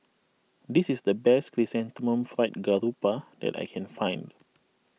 this is the best Chrysanthemum Fried Garoupa that I can find